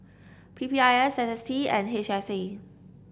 P P I S S S T and H S A